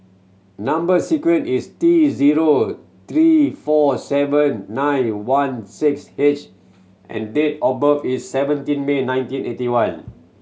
number sequence is T zero three four seven nine one six H and date of birth is seventeen May nineteen eighty one